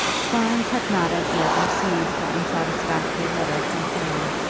florence had not as yet received her unsatisfactory letter from harry.